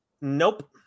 Nope